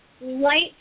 light